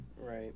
Right